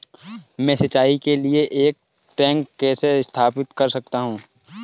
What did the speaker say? मैं सिंचाई के लिए एक टैंक कैसे स्थापित कर सकता हूँ?